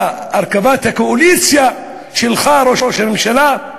בהרכבת הקואליציה שלך, ראש הממשלה?